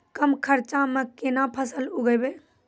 कम खर्चा म केना फसल उगैबै?